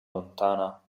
lontana